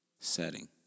setting